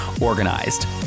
organized